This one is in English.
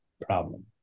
problem